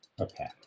Okay